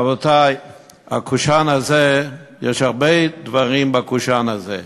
רבותי, הקושאן הזה, יש הרבה דברים בקושאן הזה.